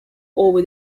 over